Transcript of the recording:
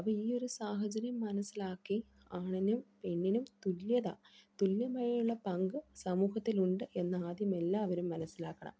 അപ്പോൾ ഈ ഒരു സാഹചര്യം മനസ്സിലാക്കി ആണിനും പെണ്ണിനും തുല്യത തുല്യമായുള്ള പങ്ക് സമൂഹത്തിലുണ്ട് എന്ന ആദ്യം എല്ലാവരും മനസ്സിലാക്കണം